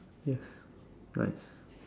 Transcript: yes twice